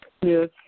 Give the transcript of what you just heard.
Yes